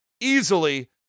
easily